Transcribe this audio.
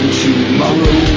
tomorrow